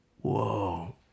Whoa